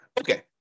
Okay